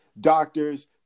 doctors